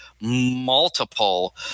multiple